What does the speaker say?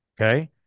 Okay